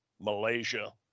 Malaysia